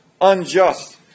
unjust